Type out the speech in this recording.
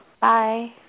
Bye